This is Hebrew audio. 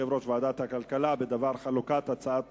הכלכלה בדבר חלוקת הצעת